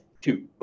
two